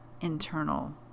internal